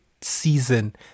season